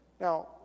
Now